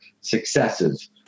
successes